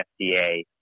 FDA